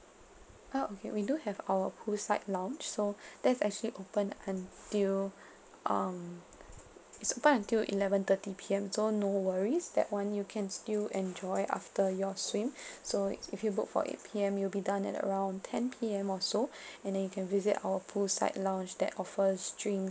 oh okay we do have our poolside lounge so that's actually open until um it's open until eleven thirty P_M so no worries that [one] you can still enjoy after your swim so it's if you book for eight P_M you'll be done at around ten P_M or so and then you can visit our poolside lounge that offers drinks